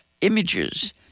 images